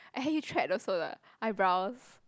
I help you thread also the eyebrows